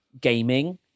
gaming